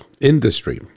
industry